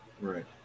Right